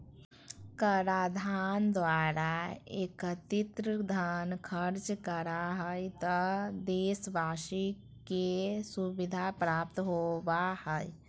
कराधान द्वारा एकत्रित धन खर्च करा हइ त देशवाशी के सुविधा प्राप्त होबा हइ